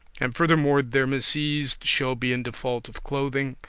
and furthermore, their misease shall be in default of clothing,